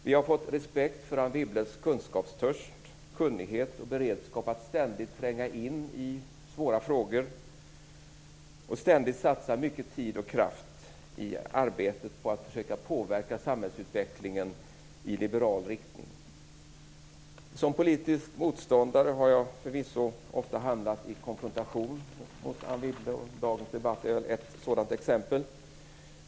Vi har fått respekt för Anne Wibbles kunskapstörst, kunnighet och beredskap att ständigt tränga in i svåra frågor och att ständigt satsa mycket tid och kraft i arbetet med att försöka påverka samhällsutvecklingen i liberal riktning. Som politisk motståndare har jag förvisso ofta handlat i konfrontation med Anne Wibble. Dagens debatt är väl ett sådant exempel.